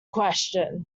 question